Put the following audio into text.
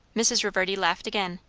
mrs. reverdy laughed again.